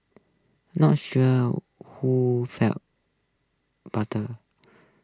not sure who feels butter